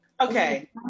Okay